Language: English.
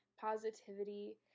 positivity